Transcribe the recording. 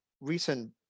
recent